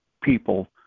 people